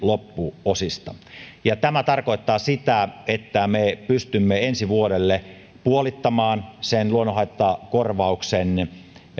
loppuosista tämä tarkoittaa sitä että me pystymme ensi vuodelle puolittamaan luonnonhaittakorvaukseen